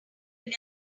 come